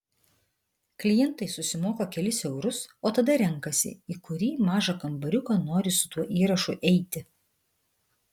klientai susimoka kelis eurus o tada renkasi į kurį mažą kambariuką nori su tuo įrašu eiti